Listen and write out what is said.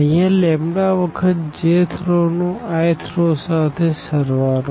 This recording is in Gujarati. અહિયાં લેમ્બ્ડા વખત j th રો નું i th રો સાથે સળવાળો